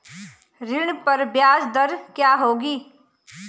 ऋण पर ब्याज दर क्या होगी?